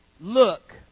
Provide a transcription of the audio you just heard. look